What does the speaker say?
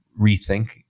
rethink